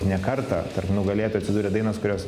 ne kartą tarp nugalėtojų atsiduria dainos kurios